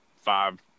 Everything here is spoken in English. five